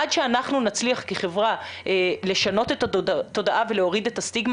עד שאנחנו נצליח כחברה לשנות את התודעה ולהוריד את הסטיגמה